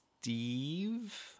Steve